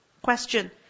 Question